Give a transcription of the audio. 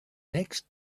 next